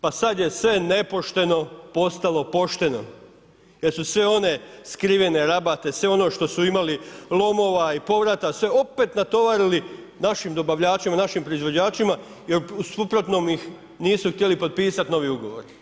Pa sad je sve nepošteno postalo pošteno jer su sve one skrivene rabate, sve ono što su imali lomova i povrata se opet natovarili našim dobavljačima, našim proizvođačima, u suprotnim ih nisu htjeli potpisat novi ugovor.